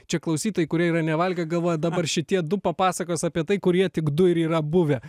čia klausytojai kurie yra nevalgę galvoja dabar šitie du papasakos apie tai kurie tik du ir yra buvę